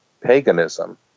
paganism